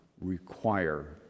require